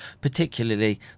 particularly